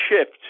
shift